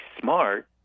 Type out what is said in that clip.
smart